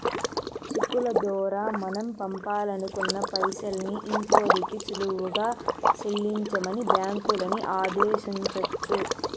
చెక్కుల దోరా మనం పంపాలనుకున్న పైసల్ని ఇంకోరికి సులువుగా సెల్లించమని బ్యాంకులని ఆదేశించొచ్చు